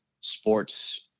sports